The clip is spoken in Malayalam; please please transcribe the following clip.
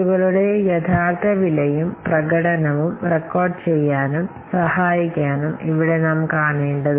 പ്രോജക്റ്റുകളുടെ യഥാർത്ഥ വിലയും പ്രകടനവും റെക്കോർഡുചെയ്യാനും സഹായിക്കാനും ഇവിടെ നാം കാണേണ്ടതുണ്ട്